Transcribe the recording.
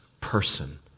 person